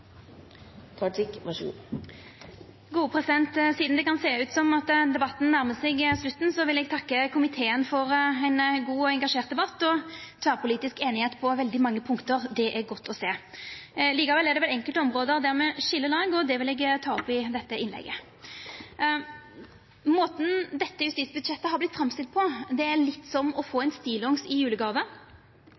debatten nærmar seg slutten, vil eg takka komiteen for ein god og engasjert debatt og tverrpolitisk einigheit på veldig mange punkt. Det er godt å sjå. Likevel er det enkelte område der me skil lag, og det vil eg ta opp i dette innlegget. Måten dette justisbudsjettet har vorte framstilt på, er litt som å få ein stillongs i julegåve,